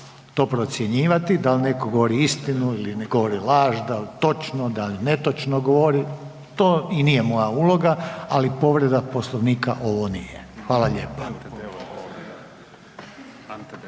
to procjenjivati da li netko govori istinu ili ne govori laž, dal točno, dal netočno govori to i nije moja uloga, ali povreda Poslovnika ovo nije. Hvala lijepa.